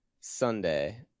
Sunday